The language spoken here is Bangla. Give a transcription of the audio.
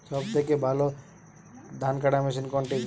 সবথেকে ভালো ধানকাটা মেশিন কোনটি?